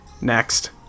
Next